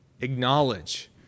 acknowledge